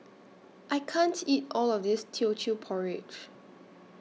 I can't eat All of This Teochew Porridge